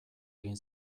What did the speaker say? egin